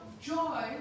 joy